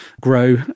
grow